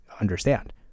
understand